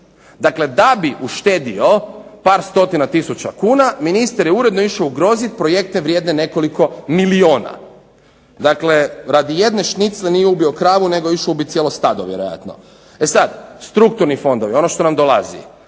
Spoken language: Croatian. Dakle da bi uštedio par stotina tisuća kuna, ministar je uredno išao ugroziti projekte vrijedne nekoliko milijuna. Dakle radi jedne šnicle nije ubio kravu, nego je išao ubiti cijelo stado vjerojatno. E sad strukturni fondovi, ono što nam dolazi.